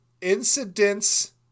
incidents